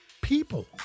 people